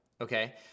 okay